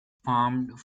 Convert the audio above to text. farmed